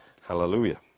Hallelujah